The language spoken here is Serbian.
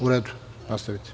U redu, nastavite.